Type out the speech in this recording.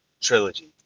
trilogy